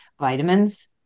vitamins